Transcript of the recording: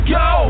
go